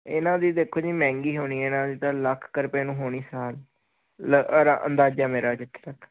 ਇਹਨਾਂ ਦੀ ਦੇਖੋ ਜੀ ਮਹਿੰਗੀ ਹੋਣੀ ਤਾਂ ਲੱਖ ਰੁਪਏ ਨੂੰ ਹੋਣੀ ਸਾਲ ਅੰਦਾਜਾ ਮੇਰਾ